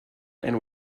and